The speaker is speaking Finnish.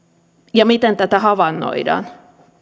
ja miten tätä havainnoidaan